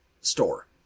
store